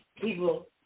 people